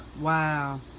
Wow